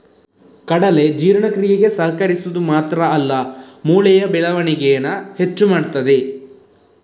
ಕಡಲೆ ಜೀರ್ಣಕ್ರಿಯೆಗೆ ಸಹಕರಿಸುದು ಮಾತ್ರ ಅಲ್ಲ ಮೂಳೆಯ ಬೆಳವಣಿಗೇನ ಹೆಚ್ಚು ಮಾಡ್ತದೆ